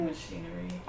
machinery